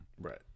Right